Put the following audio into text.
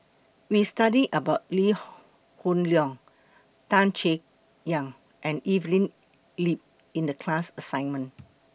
We studied about Lee Hoon Leong Tan Chay Yan and Evelyn Lip in The class assignment